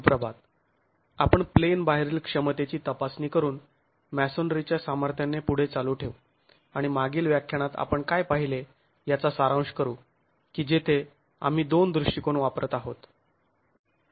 सुप्रभात आपण प्लेन बाहेरील क्षमतेची तपासणी करून मॅसोनरीच्या सामर्थ्याने पुढे चालू ठेऊ आणि मागील व्याख्यानात आपण काय पाहिले याचा सारांश करू की जेथे आम्ही दोन दृष्टिकोन वापरत आहोत